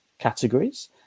categories